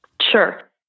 Sure